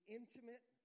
intimate